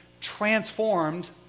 transformed